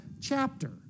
chapter